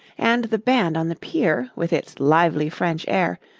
and the band on the pier, with its lively french air,